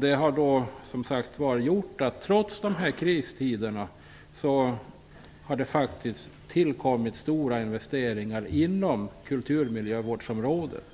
Det har gjort att det trots kristider har tillkommit stora investeringar inom kulturmiljövårdsområdet.